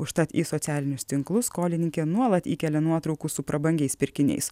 užtat į socialinius tinklus skolininkė nuolat įkelia nuotraukų su prabangiais pirkiniais